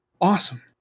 awesome